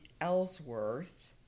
Ellsworth